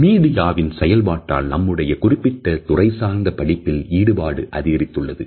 மீடியாவின் செயல்பாட்டால் நம்முடைய குறிப்பிட்ட துறை சார்ந்த படிப்பில் ஈடுபாடு அதிகரித்துள்ளது